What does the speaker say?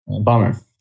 Bummer